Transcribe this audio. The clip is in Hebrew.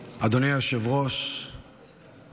היושב-ראש,